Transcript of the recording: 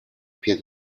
pies